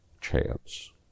chance